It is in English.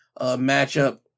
matchup